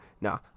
Nah